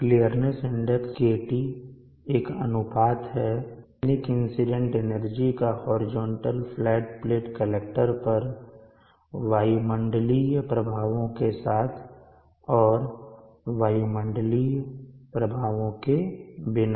clearness index KT एक अनुपात है दैनिक इंसीडेंट एनर्जी का होरिजेंटल फ्लैट प्लेट कलेक्टर पर वायुमंडलीय प्रभावों के साथ और वायुमंडलीय प्रभावों के बिना